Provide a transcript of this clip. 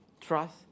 trust